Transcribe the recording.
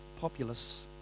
populace